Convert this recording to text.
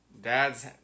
Dad's